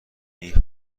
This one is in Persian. این